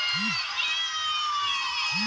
सोना देके लोन लेवे खातिर कैसे अप्लाई करम?